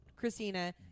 christina